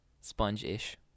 Sponge-ish